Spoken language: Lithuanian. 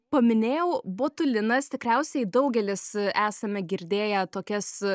paminėjau botulinas tikriausiai daugelis esame girdėję tokias